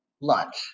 lunch